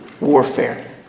warfare